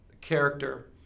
character